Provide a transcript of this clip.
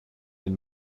den